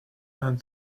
and